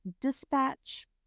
Dispatch